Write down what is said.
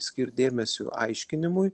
skirt dėmesio aiškinimui